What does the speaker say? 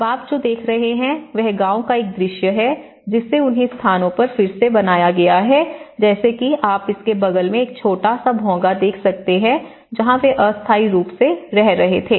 अब आप जो देख रहे हैं वह गांव का एक दृश्य है जिसे उन्हीं स्थानों पर फिर से बनाया गया है जैसे कि आप इसके बगल में एक छोटा भोंगा देख सकते हैं जहाँ वे अस्थायी रूप से रह रहे थे